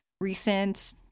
recent